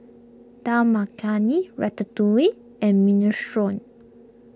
Dal Makhani Ratatouille and Minestrone